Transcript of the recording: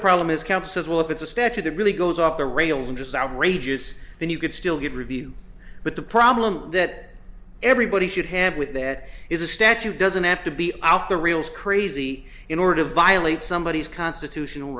problem is kemp says well if it's a statute that really goes off the rails and just outrageous then you could still get review but the problem that everybody should have with that is a statute doesn't have to be off the rails crazy in order to violate somebodies constitutional